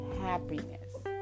happiness